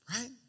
Right